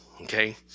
Okay